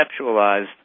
conceptualized